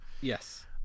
Yes